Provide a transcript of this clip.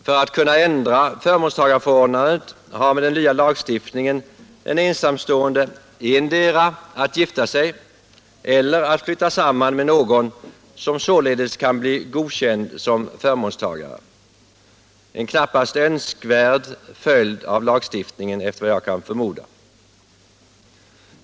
För att kunna ändra förmånstagarförordnandet har med den nya lagstiftningen den ensamstående endera att gifta om sig eller att flytta samman med någon som således kan bli godkänd som förmånstagare — en knappast önskvärd följd av lagstiftningen.